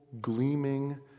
gleaming